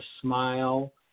smile